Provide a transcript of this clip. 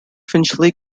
finchley